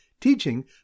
Teaching